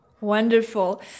Wonderful